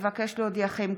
אבקש להודיעכם,